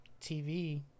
TV